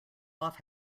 off